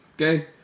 Okay